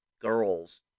girls